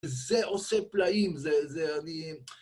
זה עושה פלאים, זה אני...